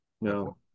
No